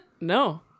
No